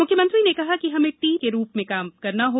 मुख्यमंत्री ने कहा कि हमें टीम के रूप में कार्य करना है